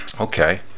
Okay